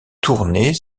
tournées